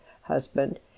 husband